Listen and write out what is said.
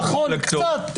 נכון, קצת.